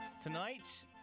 Tonight